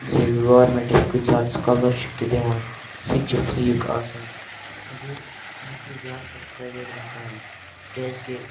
زِ گورمٮ۪نٛٹ چھِ کُنہِ ساتہٕ سٕکالَر شِپ تہِ دِوان سُہ تہِ چھِ فِرٛی یُک آسان زِ بہٕ چھُس زیادٕ تر پرٛایویٹ گژھان کیٛازِکہِ